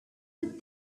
put